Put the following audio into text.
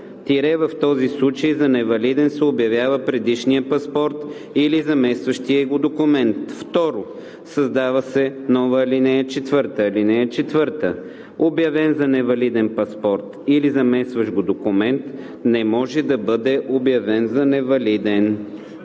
– в този случай за невалиден се обявява предишният паспорт или заместващият го документ.“ 2. Създава се нова ал. 4: „(4) Обявен за невалиден паспорт или заместващ го документ не може да бъде обявен за валиден.“